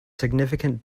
significant